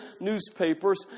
newspapers